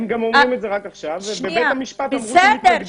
הם גם אומרים את זה רק עכשיו ובבית המשפט אמרו --- בסדר,